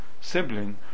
sibling